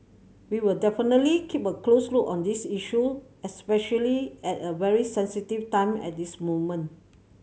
we will definitely keep a close look on this issue especially at a very sensitive time at this moment